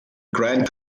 grant